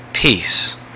Peace